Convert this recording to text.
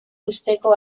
uzteko